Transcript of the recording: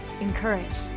encouraged